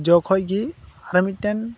ᱡᱚ ᱟᱨ ᱢᱤᱫᱴᱮᱱ